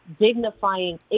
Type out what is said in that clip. dignifying